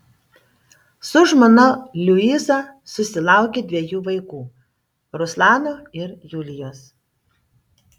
su žmona liuiza susilaukė dviejų vaikų ruslano ir julijos